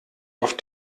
auf